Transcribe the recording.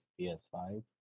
PS5